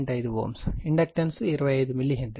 5 Ω inductance 25 milli henry